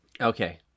Okay